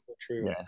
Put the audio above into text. True